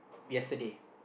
yesterday